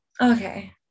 Okay